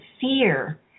fear